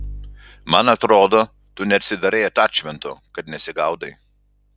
man atrodo tu neatsidarei atačmento kad nesigaudai